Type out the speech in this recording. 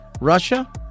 Russia